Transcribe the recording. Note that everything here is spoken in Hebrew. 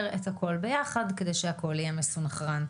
את הכול ביחד כדי שהכול יהיה מסונכרן,